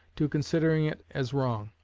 to considering it as wrong.